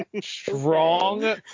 strong